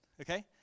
okay